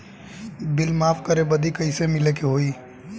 Bill माफ करे बदी कैसे मिले के होई?